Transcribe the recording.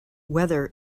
weather